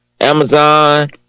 Amazon